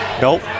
nope